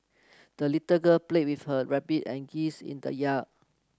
the little girl played with her rabbit and geese in the yard